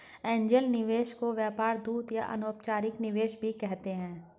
angel निवेशक को व्यापार दूत या अनौपचारिक निवेशक भी कहते हैं